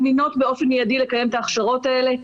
זמינות באופן מיידי לקיים את ההכשרות האלה.